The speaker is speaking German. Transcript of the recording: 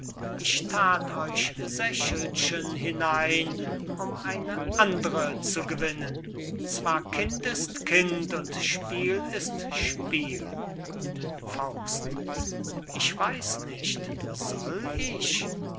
ich that euch sächelchen hinein um eine andre zu gewinnen zwar kind ist kind und spiel ist spiel ich weiß nicht soll ich